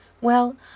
Well